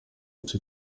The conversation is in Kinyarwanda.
gice